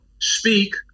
speak